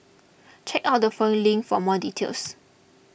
check out the following link for more details